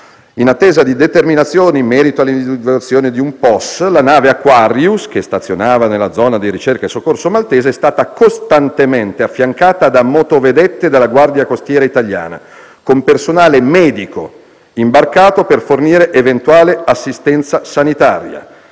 In attesa di determinazioni in merito all'individuazione di un porto sicuro di sbarco (POS), la nave Aquarius, che stazionava nella zona di ricerca e soccorso maltese, è stata costantemente affiancata da motovedette della Guardia costiera italiana, con personale medico imbarcato per fornire eventuale assistenza sanitaria.